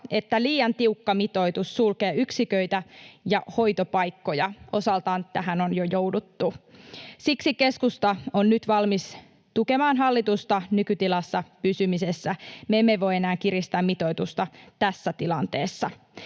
että liian tiukka mitoitus sulkee yksiköitä ja hoitopaikkoja. Osaltaan tähän on jo jouduttu. Siksi keskusta on nyt valmis tukemaan hallitusta nykytilassa pysymisessä: me emme voi enää kiristää mitoitusta tässä tilanteessa.